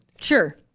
Sure